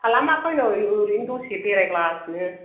खालामाखै नै ओरैनो दसे बेरायग्लासिनो